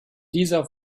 dieser